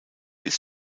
ist